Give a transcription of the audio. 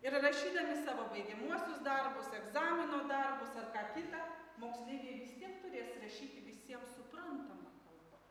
ir rašydami savo baigiamuosius darbus egzamino darbus ar ką kita moksleiviai vis tiek turės rašyti visiems suprantama kalba